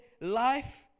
life